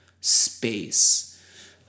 space